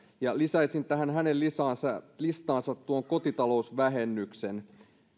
sieltä lisäisin tähän hänen listaansa listaansa tuon kotitalousvähennyksen